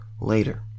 later